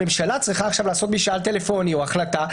הממשלה צריכה עכשיו לעשות משאל טלפוני או החלטה,